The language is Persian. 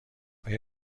آیا